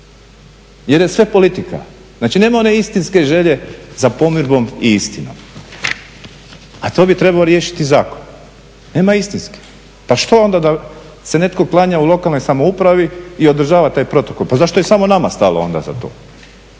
jer je sve politika. Znači nema one istinske želje za pomirdbom i istinom. A to bi trebao riješiti zakon, nema istinske. Pa što onda da se netko klanja u lokalnoj samoupravi i održava taj protokol, pa zašto je samo nama stalo onda za to.